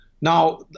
Now